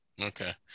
Okay